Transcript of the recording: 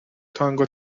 تانگو